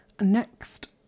Next